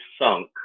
sunk